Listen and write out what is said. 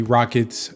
Rockets